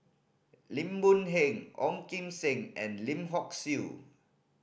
Lim Boon Heng Ong Kim Seng and Lim Hock Siew